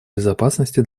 безопасности